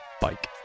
bike